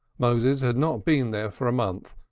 moses had not been there for a month,